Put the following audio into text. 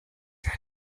sehr